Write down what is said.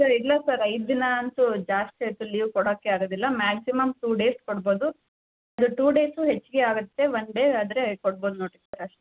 sir ಇಲ್ಲ sir ಐದು ದಿನ ಅಂತೂ ಜಾಸ್ತಿ ಆಯಿತು ಲೀವ್ ಕೊಡೋಕ್ಕೇ ಆಗೋದಿಲ್ಲ ಮ್ಯಾಕ್ಸಿಮಮ್ ಟೂ ಡೇಸ್ ಕೊಡ್ಬೋದು ಟೂ ಡೇಸೂ ಹೆಚ್ಚಿಗೆ ಆಗುತ್ತೆ ಒನ್ ಡೇ ಆದರೆ ಕೊಡ್ಬೋದು ನೋಡಿ ಸರ್ ಅಷ್ಟೆ